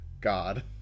god